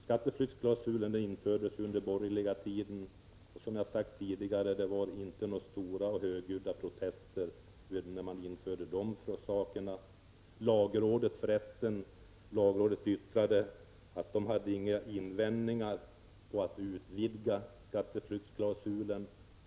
Skatteflyktsklausulen infördes under den borgerliga regeringstiden, men då hördes inga högljudda protester. Lagrådet yttrade att man inte hade några invändningar mot att utvidga skatteflyktsklausulen.